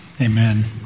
Amen